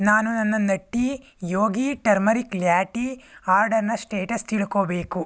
ನಾನು ನನ್ನ Nutty Yogi turmeric latte ಆರ್ಡರ್ನ ಸ್ಟೇಟಸ್ ತಿಳ್ಕೊಳ್ಬೇಕು